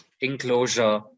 enclosure